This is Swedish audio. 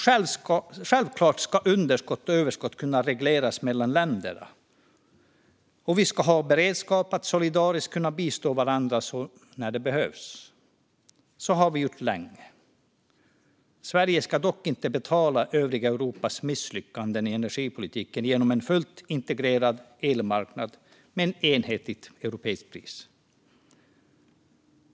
Självklart ska underskott och överskott av el kunna regleras mellan länder, och vi ska ha en beredskap att solidariskt kunna bistå varandra när det behövs. Så har vi gjort länge. Sverige ska dock inte betala övriga Europas misslyckanden i energipolitiken genom en fullt ut integrerad elmarknad med ett enhetligt europeiskt pris.